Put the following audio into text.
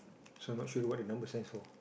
so I'm not sure what the number stands for